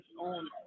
on